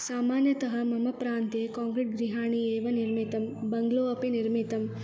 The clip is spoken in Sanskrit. सामान्यतः मम प्रान्ते कोङ्क्रिट् गृहाणि एव निर्मितं बङ्ग्लो अपि निर्मितं